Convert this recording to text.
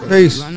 Peace